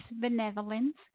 benevolence